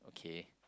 okay